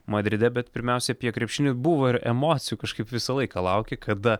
madride bet pirmiausia apie krepšinį buvo ir emocijų kažkaip visą laiką lauki kada